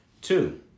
Two